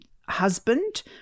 husband